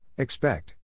Expect